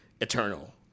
eternal